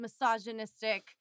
misogynistic